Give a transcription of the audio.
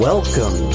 Welcome